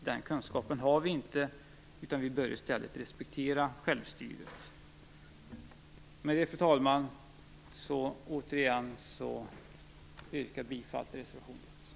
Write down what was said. Den kunskapen har vi inte, vi bör i stället respektera självstyret. Med det, fru talman, yrkar jag återigen bifall till reservation 1.